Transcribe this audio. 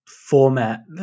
format